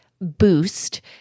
boost